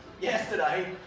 Yesterday